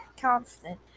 constant